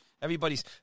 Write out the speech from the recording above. Everybody's